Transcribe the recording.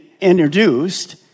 introduced